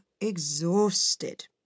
exhausted